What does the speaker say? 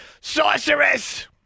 Sorceress